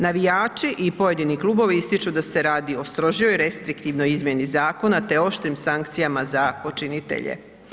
Navijači i pojedini klubovi ističu da se radi o strožoj restriktivnoj izmjeni zakona te oštrim sankcijama za počinitelje.